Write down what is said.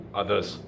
others